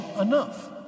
enough